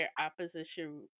opposition